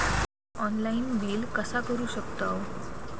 Online bill कसा करु शकतव?